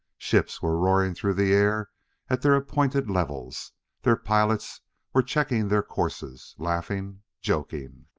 ships were roaring through the air at their appointed levels their pilots were checking their courses, laughing, joking.